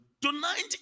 Tonight